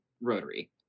rotary